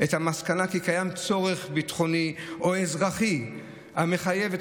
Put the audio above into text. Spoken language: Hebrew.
את המסקנה כי קיים צורך ביטחוני או אזרחי המחייב את